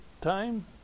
time